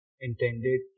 intended